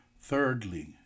Thirdly